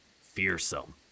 fearsome